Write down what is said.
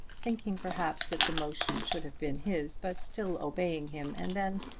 thinking perhaps that the motion should have been his, but still obeying him, and then,